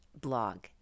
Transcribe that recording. blog